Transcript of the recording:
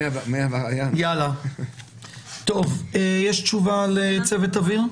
יש תשובה לגבי צוות אוויר?